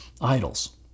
idols